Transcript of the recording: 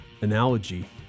analogy